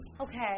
Okay